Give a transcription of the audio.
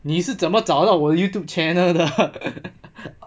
你是怎么找到我 YouTube channel 的